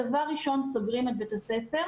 דבר ראשון סוגרים את בית הספר,